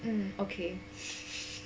um okay